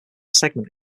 segment